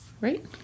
Right